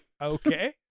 Okay